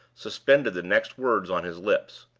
suspended the next words on his lips.